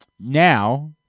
Now